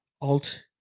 Alt